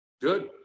Good